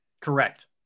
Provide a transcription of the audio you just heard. correct